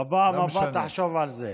בפעם הבאה תחשוב על זה.